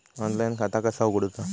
Online खाता कसा उगडूचा?